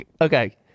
Okay